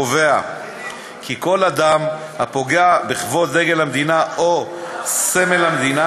קובע כי כל אדם הפוגע בכבוד דגל המדינה או סמל המדינה,